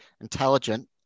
intelligent